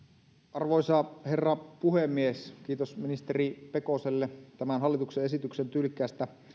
arvoisa herra puhemies kiitos ministeri pekoselle tämän hallituksen esityksen tyylikkäästä